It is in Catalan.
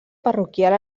parroquial